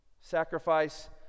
Sacrifice